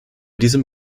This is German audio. diesem